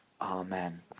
Amen